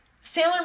Sailor